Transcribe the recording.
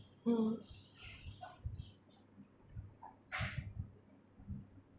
mm